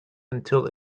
until